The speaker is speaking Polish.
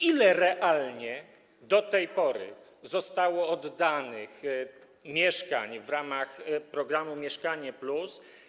Ile realnie do tej pory zostało oddanych mieszkań w ramach programu „Mieszkanie+”